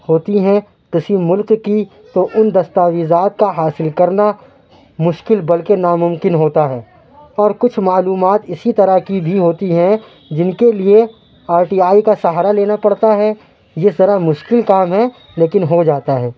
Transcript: ہوتی ہیں کسی مُلک کی تو اُن دستاویزات کا حاصل کرنا مشکل بلکہ ناممکن ہوتا ہے اور کچھ معلومات اِسی طرح کی بھی ہوتی ہیں جن کے لیے آر ٹی آئی کا سہارا لینا پڑتا ہے یہ ذرا مشکل کام ہے لیکن ہو جاتا ہے